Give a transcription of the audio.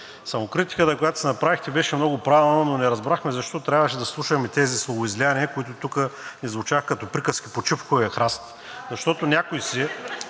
самокритиката, която си направихте, беше много правилна, но не разбрахме защо трябваше да слушаме тези словоизлияния, които тук ни звучаха като „Приказки под шипковия храст“ (смях от